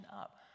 up